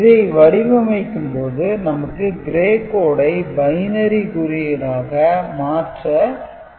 இதை வடிவமைக்கும் போது நமக்கு Gray code ஐ பைனரி குறியீடாக மாற்ற முடியும்